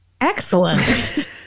Excellent